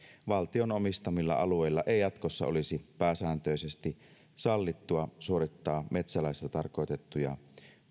valtion omistamilla alueilla ei jatkossa pääsääntöisesti olisi sallittua suorittaa metsälaissa tarkoitettuja